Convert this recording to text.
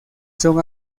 son